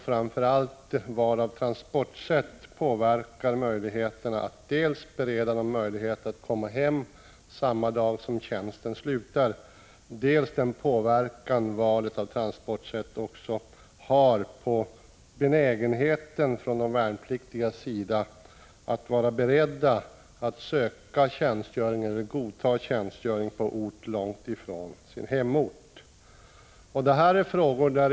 Framför allt valet av transportsätt påverkar dels möjligheterna att bereda dem tillfälle att komma hem samma dag som tjänstgöringen slutar, dels de värnpliktigas benägenhet att söka eller godta tjänstgöring på ort långt ifrån hemorten.